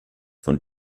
von